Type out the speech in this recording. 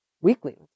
weekly